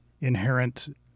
inherent